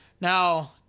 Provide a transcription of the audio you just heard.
Now